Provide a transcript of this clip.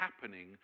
happening